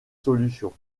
solution